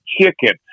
chicken